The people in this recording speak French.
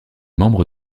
membre